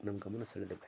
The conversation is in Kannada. ನಮ್ಮ ಗಮನ ಸೆಳೆದಿವೆ